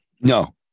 No